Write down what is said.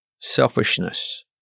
selfishness